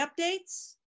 updates